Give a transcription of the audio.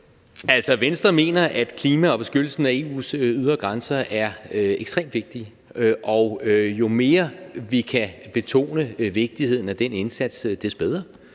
Venstre mener, at klima og beskyttelsen af EU's ydre grænser er ekstremt vigtigt, og jo mere vi kan betone vigtigheden af den indsats, des bedre.